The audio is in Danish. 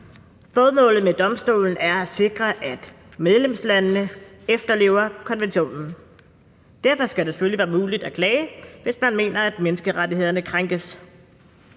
Formålet med domstolen er at sikre, at medlemslandene efterlever konventionen. Derfor skal det selvfølgelig være muligt at klage, hvis man mener, at menneskerettighederne krænkes.